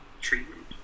Treatment